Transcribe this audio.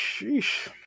Sheesh